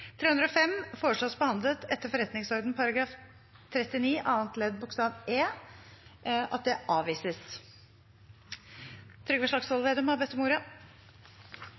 305 blir behandlet etter forretningsordenen § 39 annet ledd bokstav e, at det avvises. Representanten Trygve Slagsvold Vedum har bedt om ordet.